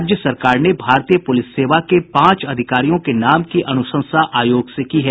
राज्य सरकार ने भारतीय पुलिस सेवा के पांच अधिकारियों के नाम की अनुशंसा आयोग से की है